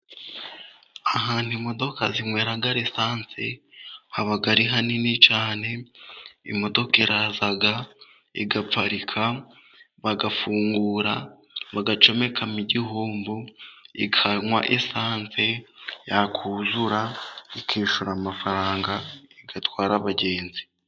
Ahantu imodoka zinywera risansi, haba ari hanini cyane, imodoka iraza igaparika bagafungura bagacomekamo igihombo, ikanywa esans,e yakuzura ikishyura amafaranga igatwara abagenzi.